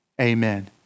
Amen